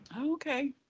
okay